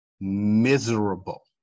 miserable